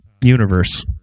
universe